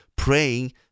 praying